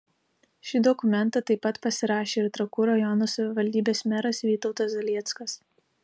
šį dokumentą taip pat pasirašė ir trakų rajono savivaldybės meras vytautas zalieckas